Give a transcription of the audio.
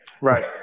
right